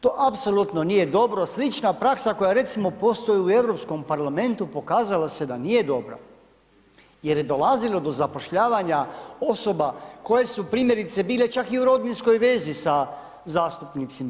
To apsolutno nije dobro, slična praksa koja recimo postoji u Europskom parlamentu pokazala se da nije dobra, jer je dolazilo do zapošljavanja osoba koje su primjerice bile čak i u rodbinskoj vezi sa zastupnicima.